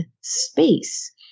space